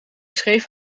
scheef